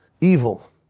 evil